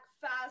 fast